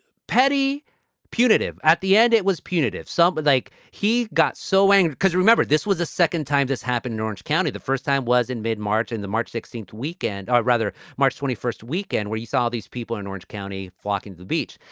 petty punitive. at the end, it was punitive. some but like he got so angry because, remember, this was a second time this happened in orange county. the first time was in mid-march, in the march sixteenth weekend or rather march twenty first weekend, where he saw these people in orange county flocking to the beach.